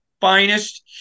finest